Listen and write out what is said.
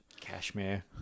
cashmere